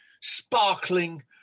sparkling